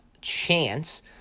chance